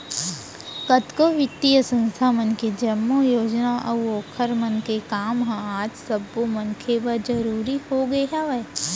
कतको बित्तीय संस्था मन के जम्मो योजना अऊ ओखर मन के काम ह आज सब्बो मनखे बर जरुरी होगे हवय